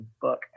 book